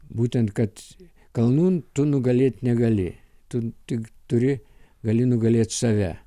būtent kad kalnų tu nugalėt negali tu tik turi gali nugalėt save